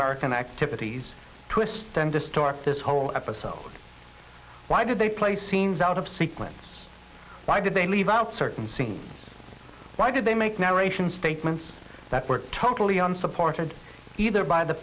american activities twist and distort this whole episode why did they play scenes out of sequence why did they leave out certain scenes why did they make narration statements that were totally unsupported either by the